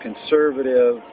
conservative